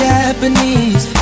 Japanese